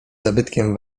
zabytkiem